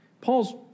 Paul's